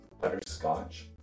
butterscotch